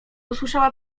usłyszała